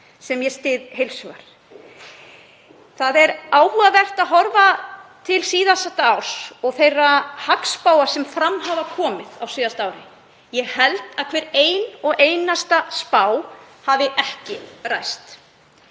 sem ég styð heils hugar. Það er áhugavert að horfa til síðasta árs og þeirra hagspáa sem fram hafa komið á síðasta ári. Ég held að hver ein og einasta spá hafi ekki ræst.